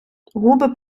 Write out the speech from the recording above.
губи